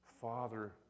Father